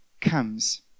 comes